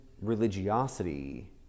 religiosity